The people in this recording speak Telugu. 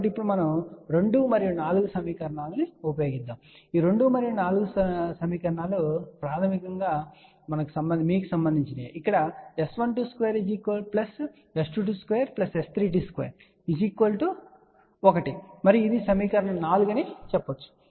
కాబట్టి ఇప్పుడు మనం 2 మరియు 4 సమీకరణాలను ఉపయోగించవచ్చు మరియు 2 మరియు 4 సమీకరణాలు ప్రాథమికంగా మీకు సంబంధించినవి ఇక్కడ S212 S222 S232 1 మరియు ఇది సమీకరణం 4 అని చెప్పవచ్చు